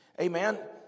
Amen